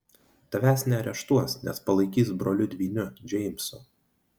tavęs neareštuos nes palaikys broliu dvyniu džeimsu